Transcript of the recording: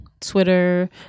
Twitter